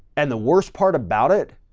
and the worst part about it